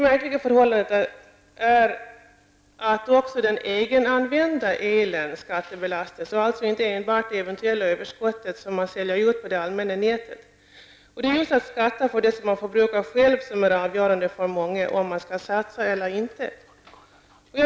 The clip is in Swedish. Märkligt nog skattebelastas också den egenanvända elen. Det gäller således inte enbart det eventuella överskottet som man säljer ut på det allmänna nätet. Skatten på den el som man förbrukar själv är avgörande för många när det gäller om man skall satsa eller inte.